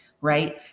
right